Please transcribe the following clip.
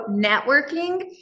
networking